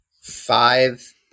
five